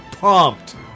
pumped